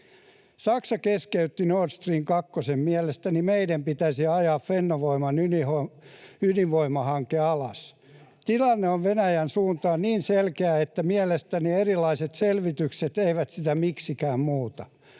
Saksa keskeytti Nord Stream kakkosen — mielestäni meidän pitäisi ajaa Fennovoiman ydinvoimahanke alas. Tilanne on Venäjän suuntaan niin selkeä, että mielestäni erilaiset selvitykset eivät sitä miksikään muuta.